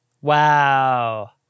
Wow